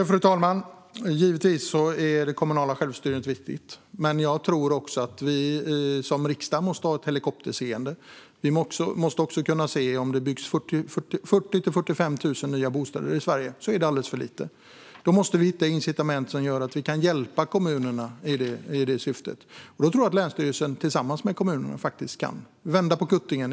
Fru talman! Givetvis är det kommunala självstyret viktigt, men jag tror också att vi i riksdagen måste ha ett helikopterseende. Om det byggs 40 000-45 000 nya bostäder i Sverige är det alldeles för lite. Då måste vi hitta incitament som gör att vi kan hjälpa kommunerna i detta syfte. Då tror jag att länsstyrelsen tillsammans med kommunerna faktiskt kan vända på kuttingen.